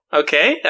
okay